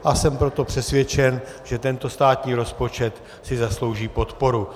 A jsem proto přesvědčen, že tento státní rozpočet si zaslouží podporu.